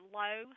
low